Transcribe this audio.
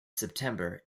september